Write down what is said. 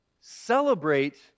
celebrate